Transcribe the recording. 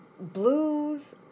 blues